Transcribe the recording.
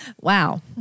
wow